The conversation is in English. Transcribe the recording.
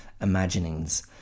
imaginings